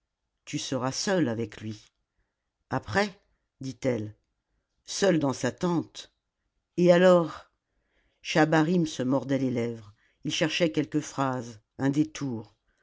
tu seras seule avec lui après dit-elle seule dans sa tente et alors schahabarim se mordait les lèvres il cherchait quelque phrase un détour